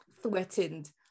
threatened